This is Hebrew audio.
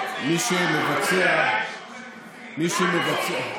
במסגרת הייעוץ המשפטי לממשלה.